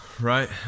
right